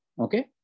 Okay